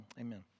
Amen